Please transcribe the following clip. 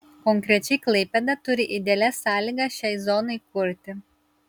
konkrečiai klaipėda turi idealias sąlygas šiai zonai kurti